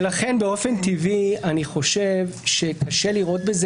באופן טבעי אני חושב שקשה לראות בזה